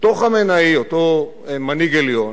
אותו חמינאי, אותו מנהיג עליון,